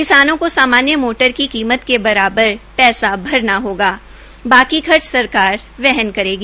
किसानों को सामान्य मोटर की कीमत के बराबर पैसा भरना होगा बाकी खर्च सरकार वहन करेगी